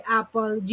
apple